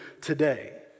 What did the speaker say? today